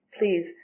please